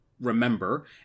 remember